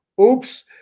oops